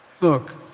Look